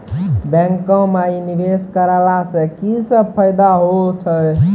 बैंको माई निवेश कराला से की सब फ़ायदा हो छै?